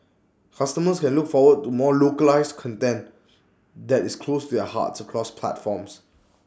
customers can look forward to more localised content that is close to their hearts across platforms